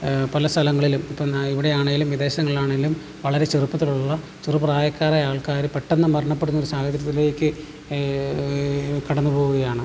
പല സ്ഥലങ്ങളിലും ഇപ്പോൾ ഇവിടെ ആണെങ്കിലും വിദേശങ്ങളിലെ ആണെങ്കിലും വളരെ ചെറുപ്പത്തിലുള്ള ചെറുപ്രായക്കാരായ ആൾക്കാർ പെട്ടെന്ന് മരണപ്പെടുന്ന ഒരു സാഹചര്യത്തിലേക്ക് കടന്നു പോവുകയാണ്